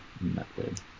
method